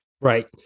Right